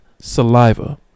saliva